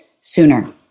sooner